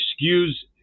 excuse